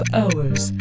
hours